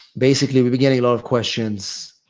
basically, we've been getting a lot of questions.